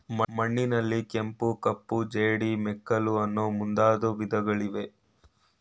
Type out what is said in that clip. ಮಣ್ಣಿನಲ್ಲಿ ಕೆಂಪು, ಕಪ್ಪು, ಜೇಡಿ, ಮೆಕ್ಕಲು ಅನ್ನೂ ಮುಂದಾದ ವಿಧಗಳಿವೆ